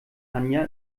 anja